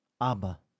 Abba